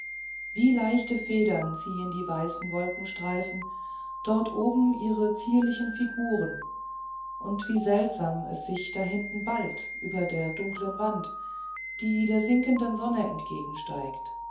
wie leichte federn ziehen die weißen wolkenstreifen dort oben ihre zierlichen figuren und wie seltsam es sich da hinten ballt über der dunklen wand die der sinkenden sonne entgegensteigt